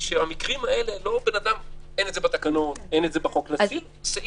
שבמקרים האלה אין את זה בתקנות, סעיף